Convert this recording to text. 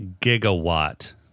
Gigawatt